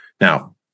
Now